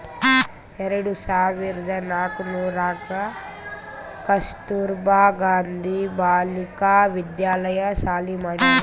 ಎರಡು ಸಾವಿರ್ದ ನಾಕೂರ್ನಾಗ್ ಕಸ್ತೂರ್ಬಾ ಗಾಂಧಿ ಬಾಲಿಕಾ ವಿದ್ಯಾಲಯ ಸಾಲಿ ಮಾಡ್ಯಾರ್